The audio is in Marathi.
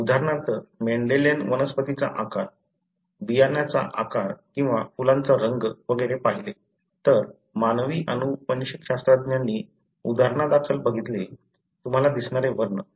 उदाहरणार्थ मेंडेलने वनस्पतीचा आकार बियाण्याचा आकार किंवा फुलाचा रंग वगैरे पाहिले तर मानवी अनुवंशशास्त्रज्ञांनी उदाहरणादाखल बघितले तुम्हाला दिसणारे वर्ण